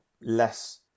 less